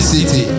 City